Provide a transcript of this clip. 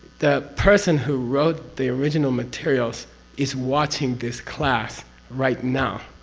the person who wrote the original materials is watching this class right now.